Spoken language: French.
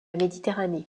méditerranée